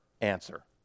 answer